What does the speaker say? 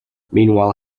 meanwhile